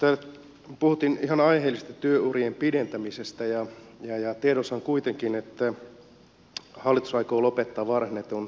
täällä puhuttiin ihan aiheellisesti työurien pidentämisestä ja tiedossa on kuitenkin että hallitus aikoo lopettaa varhennetun varhaiseläkkeen